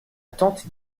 tante